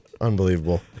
Unbelievable